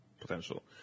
potential